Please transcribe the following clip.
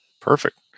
Perfect